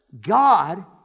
God